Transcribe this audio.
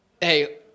hey